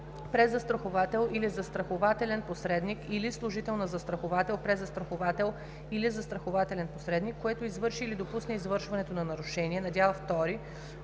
презастраховател или застрахователен посредник, или служител на застраховател, презастраховател или застрахователен посредник, което извърши или допусне извършването на нарушение на дял втори